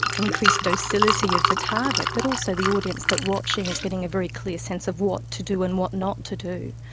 an increased docility of the target, but also the audience watching is getting a very clear sense of what to do and what not to do.